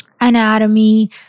anatomy